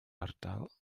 ardal